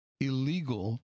illegal